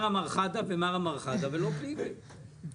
אנחנו רוצים להבין האם ניתן לקבל את